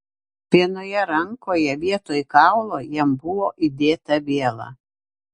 vienoje rankoje vietoj kaulo jam buvo įdėta viela